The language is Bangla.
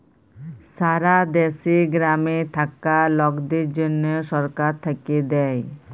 সারা দ্যাশে গ্রামে থাক্যা লকদের জনহ সরকার থাক্যে দেয়